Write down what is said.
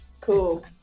Cool